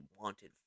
wanted